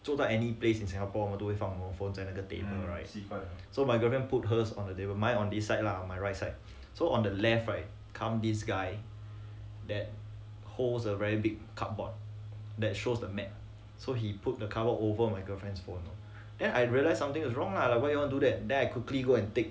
座在 any place in singapore 都会放我们 phones 在那个 table right so my girlfriend put hers on the table mine on this side lah on my right side so on the left right come this guy that holds a very big cardboard that shows the map so he put the cardboard over my girlfriends phone then I realised something was wrong lah like why would you want to do that then I quickly go and take